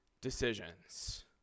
decisions